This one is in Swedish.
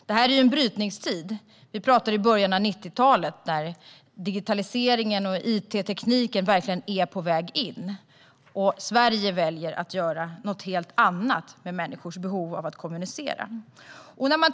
Det här är en brytningstid. Vi pratar om början av 90-talet, då digitaliseringen och it-tekniken verkligen är på väg in, och Sverige väljer att göra något helt annat med människors behov av att kommunicera.